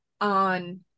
on